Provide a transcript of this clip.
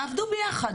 תעבדו ביחד,